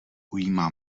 ujímá